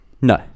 No